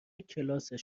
کلاسش